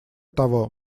того